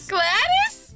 Gladys